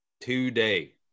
Today